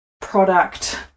product